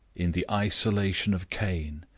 in the isolation of cain,